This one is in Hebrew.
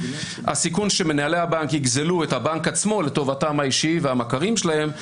הסיכון שמנהלי הבנק יגזלו את הבנק עצמו לטובתם האישית והמכרים שלהם,